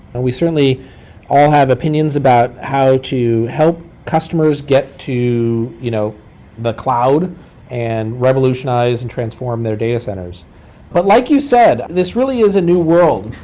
and we certainly all have opinions about how to help customers get to you know the cloud and revolutionize and transform their data centers but like you said, this really is a new world,